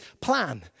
plan